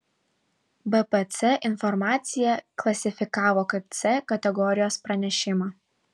bpc informaciją klasifikavo kaip c kategorijos pranešimą